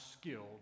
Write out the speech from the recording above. skilled